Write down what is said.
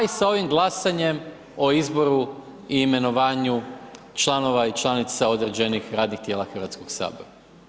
Pa i sa ovim glasanjem o izboru i imenovanju članova i članica određenih radnih tijela Hrvatskoga sabora.